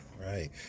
right